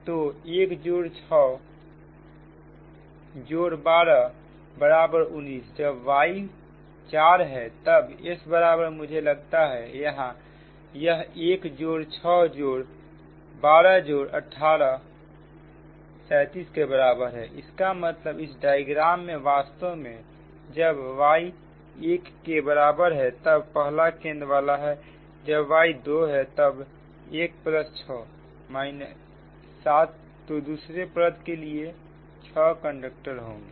तो 1 जोड़ 6 जोड़ 12 बराबर 19 जब y4 है तब S बराबर मुझे लगता है यह 1 जोड़ 6 जोड़ 12 जोड़ 18 37 के बराबर है इसका मतलब इस डायग्राम में वास्तव में जब y 1 के बराबर है तब पहला केंद्र वाला है जब y दो है तब 1 6 7 तो दूसरे परत के लिए 6 कंडक्टर होंगे